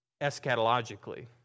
eschatologically